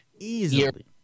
Easily